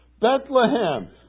Bethlehem